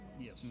Yes